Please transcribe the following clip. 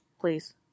please